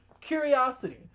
Curiosity